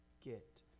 get